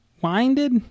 winded